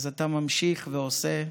אז אתה ממשיך ועושה.